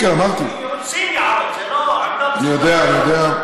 הורסים יערות, כן, כן, אני יודע, אני יודע.